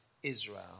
Israel